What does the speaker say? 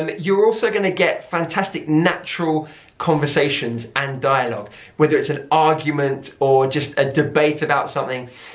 and you are also going to get fantastic natural conversations and dialogue whether it's an argument or just a debate about something.